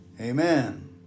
Amen